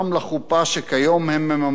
שכיום הם מממנים לבד,